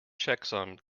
checksum